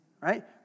Right